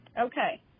Okay